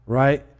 right